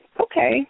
Okay